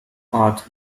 path